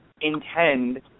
intend